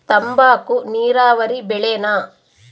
ತಂಬಾಕು ನೇರಾವರಿ ಬೆಳೆನಾ?